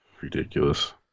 Ridiculous